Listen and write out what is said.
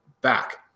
back